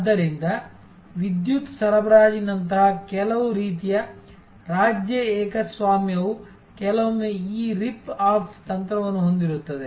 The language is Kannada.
ಆದ್ದರಿಂದ ವಿದ್ಯುತ್ ಸರಬರಾಜಿನಂತಹ ಕೆಲವು ರೀತಿಯ ರಾಜ್ಯ ಏಕಸ್ವಾಮ್ಯವು ಕೆಲವೊಮ್ಮೆ ಈ ರಿಪ್ ಆಫ್ ತಂತ್ರವನ್ನು ಹೊಂದಿರುತ್ತದೆ